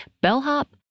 bellhop